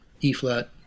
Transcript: E-flat